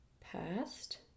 passed